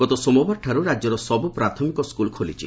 ଗତ ସୋମବାରଠାରୁ ରାଜ୍ୟର ସବୁ ପ୍ରାଥମିକ ସ୍କୁଲ୍ ଖୋଲିଛି